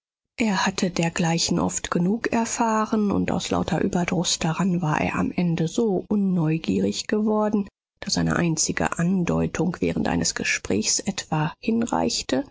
er hatte dergleichen oft genug erfahren und aus lauter überdruß daran war er am ende so unneugierig geworden daß eine einzige andeutung während eines gesprächs etwa hinreichte